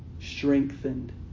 strengthened